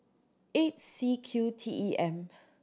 eight C Q T E M